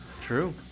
true